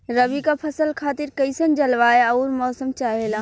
रबी क फसल खातिर कइसन जलवाय अउर मौसम चाहेला?